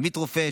עמית רופא,